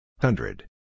Hundred